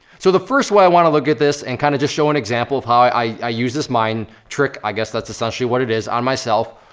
so the first way i wanna look at this, and kinda just show an example of how i i use this mind trick. i guess that's essentially what it is, on myself,